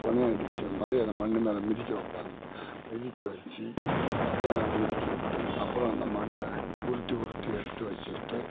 பொனையடித்தமாரி அந்த மண் மேலே மிதிக்க வைப்பாங்க மிதிக்க வச்சு மத்தாநாளு மிதிக்கவிட்டு அப்புறம் அந்த மண்ணை உருட்டி உருட்டி எடுத்து வச்சுக்கிட்டு